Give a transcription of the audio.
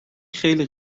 خیلی